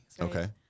Okay